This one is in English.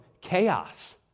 chaos